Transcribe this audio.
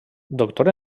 doctor